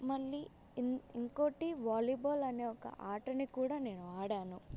మళ్ళీ ఇ ఇంకొకటి వాలీబాల్ అనే ఒక ఆటని కూడా నేను ఆడాను